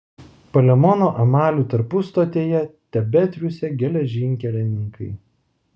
palemono amalių tarpustotėje tebetriūsė geležinkelininkai